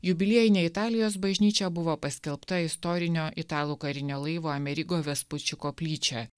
jubiliejinė italijos bažnyčia buvo paskelbta istorinio italų karinio laivo amerigo vespuči koplyčia